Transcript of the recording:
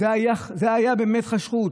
זה היה באמת חשכה.